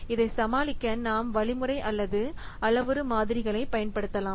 இதை சமாளிக்க நாம் வழிமுறை அல்லது அளவுரு மாதிரிகளைப் பயன்படுத்தலாம்